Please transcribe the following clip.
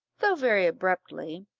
though very abruptly,